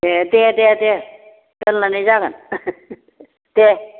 ए दे दे दे दोनलांनाय जागोन दे